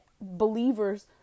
believers